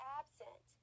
absent